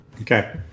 Okay